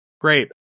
Great